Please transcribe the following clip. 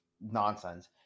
nonsense